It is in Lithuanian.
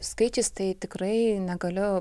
skaičiais tai tikrai negaliu